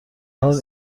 حال